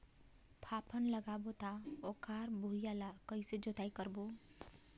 फाफण लगाबो ता ओकर भुईं ला कइसे जोताई करबो?